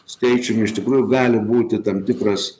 skaičiai iš tikrųjų gali būti tam tikras